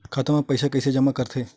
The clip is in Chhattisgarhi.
खाता म पईसा कइसे जमा करथे?